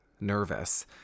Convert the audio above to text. nervous